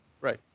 right